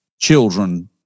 children